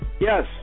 Yes